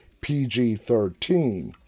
PG-13